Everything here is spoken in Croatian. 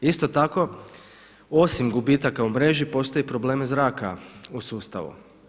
Isto tako osim gubitaka u mreži postoji problem zraka u sustavu.